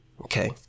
Okay